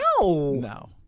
No